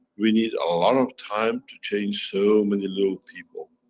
we need a lot of time to change so many little people.